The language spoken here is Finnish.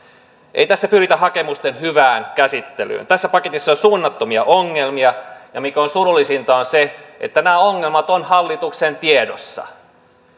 ei tässä pyritä hakemusten hyvään käsittelyyn tässä paketissa on suunnattomia ongelmia ja mikä on surullisinta on se että nämä ongelmat ovat hallituksen tiedossa